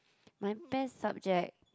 my best subject